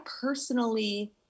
personally